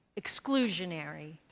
exclusionary